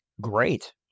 Great